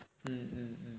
mm